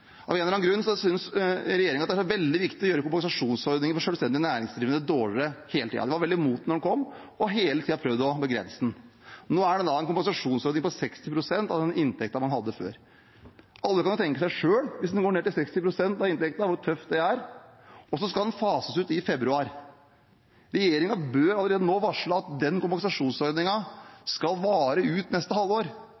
Av en eller annen grunn synes regjeringen det er veldig viktig å gjøre kompensasjonsordningen for selvstendig næringsdrivende dårligere hele tiden. De var veldig imot den da den kom, og har hele tiden prøvd å begrense den. Nå er det en kompensasjonsordning på 60 pst. av den inntekten man hadde før. Alle kan jo selv tenke seg hvor tøft det er hvis man går ned til 60 pst. av inntekten. Så skal den fases ut i februar. Regjeringen bør allerede nå varsle at den